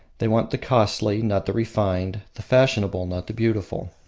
they want the costly, not the refined the fashionable, not the beautiful.